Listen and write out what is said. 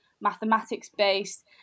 mathematics-based